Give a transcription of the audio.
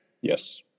yes